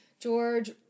George